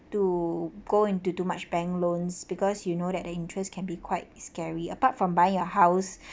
to go into too much bank loans because you know that the interests can be quite scary apart from buying your house